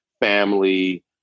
family